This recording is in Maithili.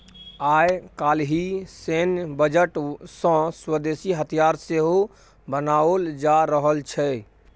आय काल्हि सैन्य बजट सँ स्वदेशी हथियार सेहो बनाओल जा रहल छै